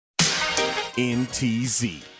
NTZ